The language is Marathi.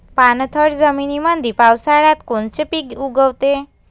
पाणथळ जमीनीमंदी पावसाळ्यात कोनचे पिक उगवते?